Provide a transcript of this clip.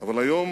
אבל היום